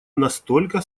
настолько